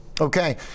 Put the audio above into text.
Okay